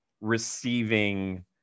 receiving